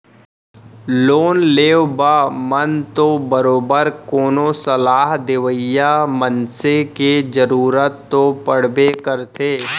loan लेवब म तो बरोबर कोनो सलाह देवइया मनसे के जरुरत तो पड़बे करथे